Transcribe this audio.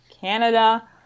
Canada